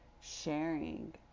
sharing